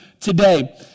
today